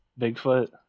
Bigfoot